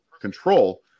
control